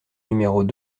numéros